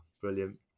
Brilliant